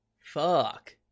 fuck